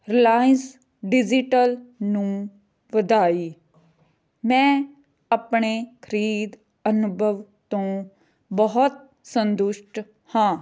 Reliance digital ਨੂੰ ਵਧਾਈ ਮੈਂ ਆਪਣੇ ਖਰੀਦ ਅਨੁਭਵ ਤੋਂ ਬਹੁਤ ਸੰਤੁਸ਼ਟ ਹਾਂ